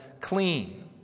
clean